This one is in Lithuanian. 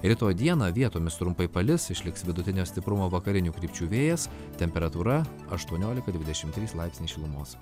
rytoj dieną vietomis trumpai palis išliks vidutinio stiprumo vakarinių krypčių vėjas temperatūra aštuoniolika dvidešimt trys laipsniai šilumos